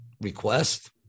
request